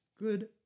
Good